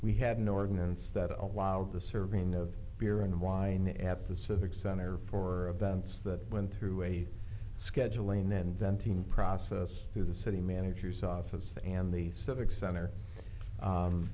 we had an ordinance that allowed the serving of beer and wine at the civic center for events that went through a scheduling then venting process through the city manager's office and the civic center